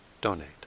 donate